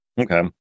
Okay